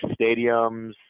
stadiums